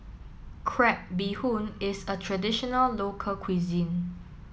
Crab Bee Hoon is a traditional local cuisine